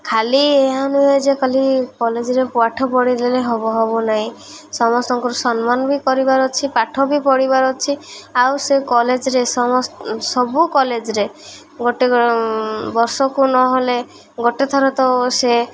ଖାଲି ଏହା ନୁହେଁ ଯେ କାଲି କଲେଜରେ ପାଠ ପଢ଼ିଦେଲେ ହବ ହବ ନାହିଁ ସମସ୍ତଙ୍କର ସମ୍ମାନ ବି କରିବାର ଅଛି ପାଠ ବି ପଢ଼ିବାର ଅଛି ଆଉ ସେ କଲେଜରେ ସବୁ କଲେଜରେ ଗୋଟେ ବର୍ଷକୁ ନହେଲେ ଗୋଟେ ଥର ତ ସେ